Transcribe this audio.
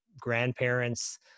grandparents